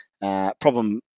problem